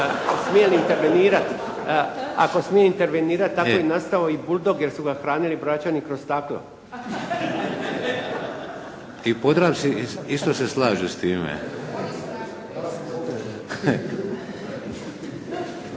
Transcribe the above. Ako smije intervenirati, tako je nastao i Uskok jer su ga hranili Bračani kroz staklo. **Šeks, Vladimir